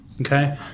okay